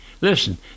Listen